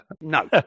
No